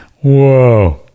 Whoa